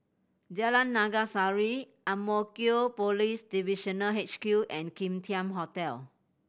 Jalan Naga Sari Ang Mo Kio Police Divisional H Q and Kim Tian Hotel